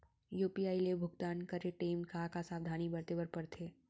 UPI ले भुगतान करे टेम का का सावधानी बरते बर परथे